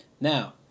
Now